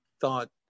thought